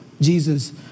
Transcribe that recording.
Jesus